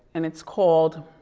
and it's called